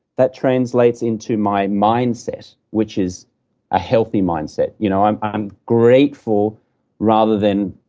that translates into my mindset, which is a healthy mindset. you know i'm i'm grateful rather than